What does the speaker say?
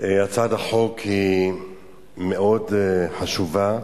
הצעת החוק היא מאוד חשובה.